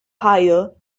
hire